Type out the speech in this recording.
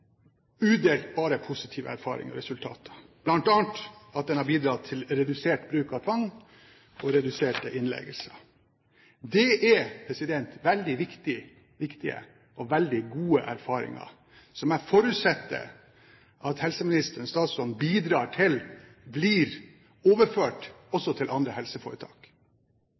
udelt positive erfaringer og resultater. Blant annet har den bidratt til redusert bruk av tvang og redusert antall innleggelser. Dette er veldig viktige og veldig gode erfaringer, som jeg forutsetter at statsråden bidrar til blir overført også til andre helseforetak.